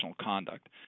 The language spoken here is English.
Conduct